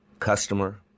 customer